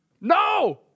No